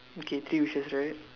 okay three wishes right